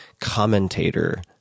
commentator